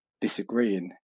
disagreeing